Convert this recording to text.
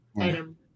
item